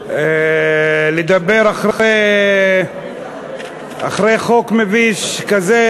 לדבר אחרי חוק מביש כזה,